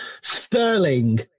sterling